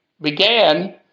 began